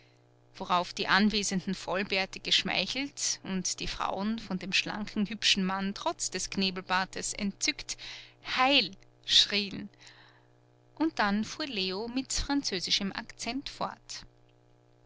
worauf die anwesenden vollbärte geschmeichelt und die frauen von dem schlanken hübschen mann trotz des knebelbartes entzückt heil schrieen und dann fuhr leo mit französischem akzent fort